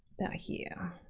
about here.